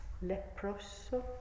Leproso